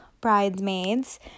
bridesmaids